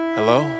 Hello